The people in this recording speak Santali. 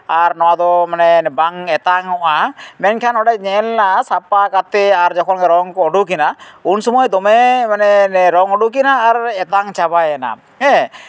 ᱟᱨ ᱱᱚᱣᱟ ᱫᱚ ᱢᱟᱱᱮ ᱵᱟᱝ ᱮᱛᱟᱝ ᱚᱜᱼᱟ ᱢᱮᱱᱠᱷᱟᱱ ᱚᱸᱰᱮ ᱧᱮᱞᱱᱟ ᱥᱟᱯᱷᱟ ᱠᱟᱛᱮ ᱡᱚᱠᱷᱚᱱᱜᱮ ᱨᱚᱝ ᱠᱚ ᱩᱰᱩᱠᱮᱱᱟ ᱩᱱ ᱥᱚᱢᱚᱭ ᱫᱚᱢᱮ ᱢᱟᱱᱮ ᱨᱚᱝ ᱩᱰᱩᱠᱮᱱᱟ ᱟᱨ ᱮᱛᱟᱝ ᱪᱟᱵᱟᱭᱮᱱᱟ ᱦᱮᱸ